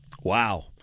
Wow